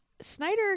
Snyder